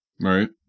right